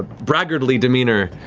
braggartly demeanor